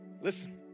Listen